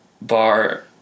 Bar